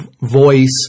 voice